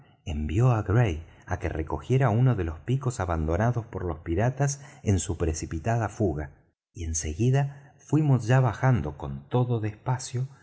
envió á gray á que recogiera uno de los picos abandonados por los piratas en su precipitada fuga y en seguida fuimos ya bajando con todo despacio